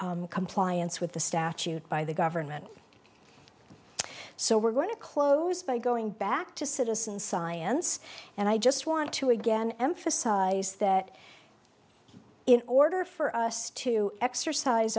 the compliance with the statute by the government so we're going to close by going back to citizen science and i just want to again emphasize that in order for us to exercise